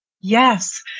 Yes